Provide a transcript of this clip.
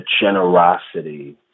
generosity